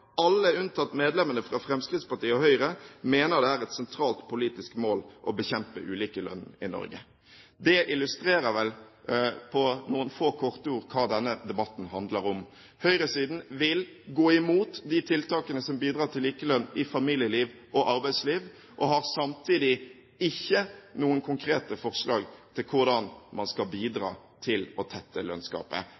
alle unntatt medlemmene fra Fremskrittspartiet og Høyre, mener det er et sentralt politisk mål å bekjempe ulikelønnen i Norge.» Det illustrer med noen få ord hva denne debatten handler om. Høyresiden vil gå imot de tiltakene som bidrar til likelønn i familieliv og arbeidsliv, og har samtidig ikke noen konkrete forslag til hvordan man skal bidra